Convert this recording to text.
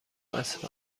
عصر